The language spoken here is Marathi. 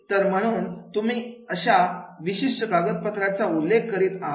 तर म्हणून तुम्ही फक्त अशा विशिष्ट कागदपत्राचे उल्लेख करीत आहात